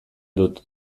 dut